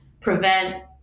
prevent